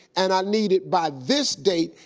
and i need it by this date,